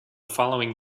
following